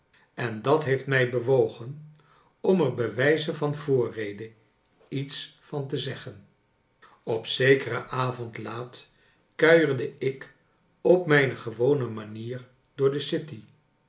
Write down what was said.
en dat heeft my bewogen om er bij wijze van voorrede iets van te zeggen op zekeren avond laat kuierde ik op mijne gewone manier door de i